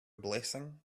blessing